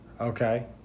Okay